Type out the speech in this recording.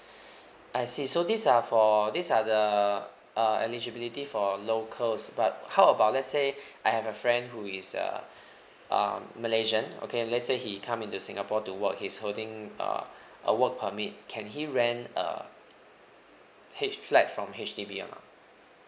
I see so these are for these are the uh eligibility for locals but how about let's say I have a friend who is a um malaysian okay let's say he come into singapore to work he's holding uh a work permit can he rent a H flat from H_D_B or not